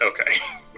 Okay